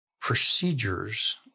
procedures